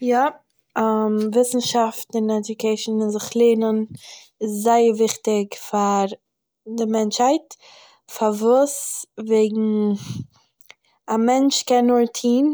יא, וויסנשאפט און עדיוקעישן, זיך לערנען איז זייער וויכטיג פאר די מענטשהייט, פארוואס? וועגן א מענטש קען נאר טוהן